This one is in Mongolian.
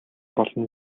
болно